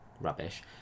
rubbish